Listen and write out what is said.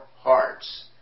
hearts